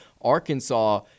Arkansas